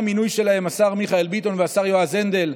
לשר מיכאל ביטון ולשר יועז הנדל,